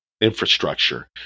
infrastructure